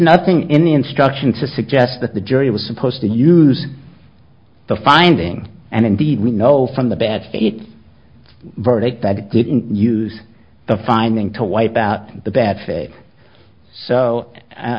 nothing in the instructions to suggest that the jury was supposed to use the finding and indeed we know from the bad verdict that it didn't use the finding to wipe out the bad faith so